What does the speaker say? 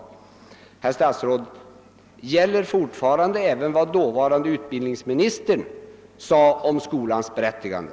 Men, herr statsråd, gäller fortfarande även vad dåvarande utbildningsministern sade om skolans berättigande?